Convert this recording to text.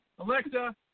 Alexa